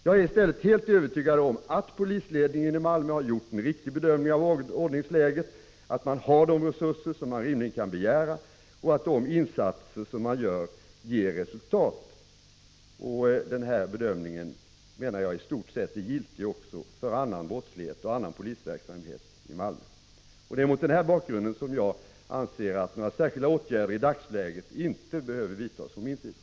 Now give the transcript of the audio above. Jag är i stället helt övertygad om att polisledningen i Malmö har gjort en riktig bedömning av ordningsläget, att man har de resurser som man rimligen kan begära och att de insatser som man gör ger resultat. Den här bedömningen är i stort sett giltig också för annan brottslighet och annan polisverksamhet i Malmö. Mot denna bakgrund anser jag inte att några särskilda åtgärder behöver vidtas från min sida i dagsläget.